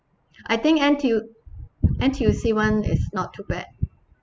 I think N_T_U~ N_T_U_C [one] is not too bad